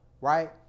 right